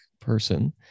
person